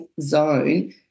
zone